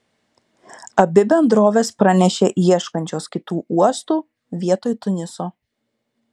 abi bendrovės pranešė ieškančios kitų uostų vietoj tuniso